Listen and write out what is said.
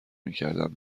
میکردند